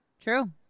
true